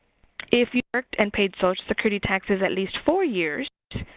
if you worked and paid social security taxes at least four years,